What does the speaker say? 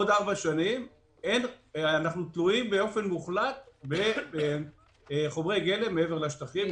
בעוד ארבע שנים נהיה תלויים באופן מוחלט בחומרי גלם מן השטחים,